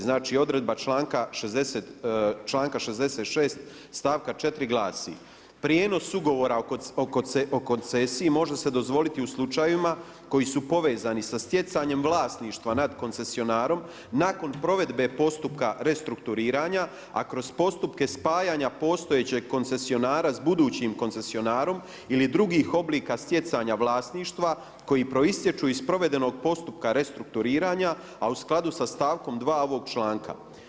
Znači, odredba članka 66. stavka 4. glasi: „Prijenos ugovora o koncesiji može se dozvoliti u slučajevima koji su povezani sa stjecanjem vlasništva nad koncesionarom nakon provedbe postupka restrukturiranja, a kroz postupke spajanja postojećeg koncesionara s budućim koncesionarom ili drugih oblika stjecanja vlasništva koji proistječu iz provedenog postupka restrukturiranja a u skladu sa stavkom 2. ovog članka.